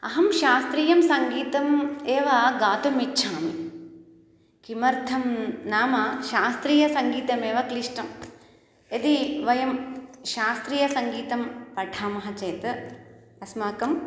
अहं शास्त्रीयसङ्गीतम् एव गातुम् इच्छामि किमर्थं नाम शास्त्रीयसङ्गीतमेव क्लिष्टं यदि वयं शास्त्रीयसङ्गीतं पठामः चेत् अस्माकम्